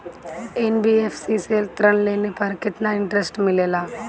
NBFC से ऋण लेने पर केतना इंटरेस्ट मिलेला?